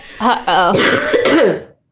Uh-oh